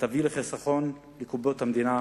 יביא לחיסכון בקופת המדינה,